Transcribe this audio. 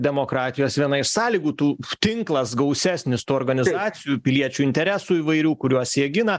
demokratijos viena iš sąlygų tų tinklas gausesnis tų organizacijų piliečių interesų įvairių kuriuos jie gina